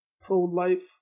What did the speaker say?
pro-life